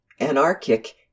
anarchic